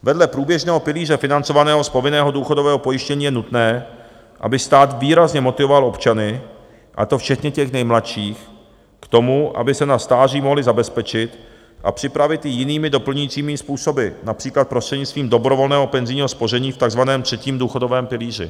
Vedle průběžného pilíře financovaného z povinného důchodového pojištění je nutné, aby stát výrazně motivoval občany, a to včetně těch nejmladších, k tomu, aby se na stáří mohli zabezpečit a připravit i jinými doplňujícími způsoby, například prostřednictvím dobrovolného penzijního spoření v takzvaném třetím důchodovém pilíři.